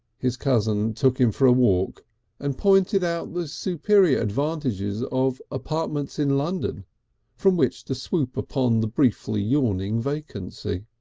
his cousin took him for a walk and pointed out the superior advantages of apartments in london from which to swoop upon the briefly yawning vacancy.